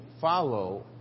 follow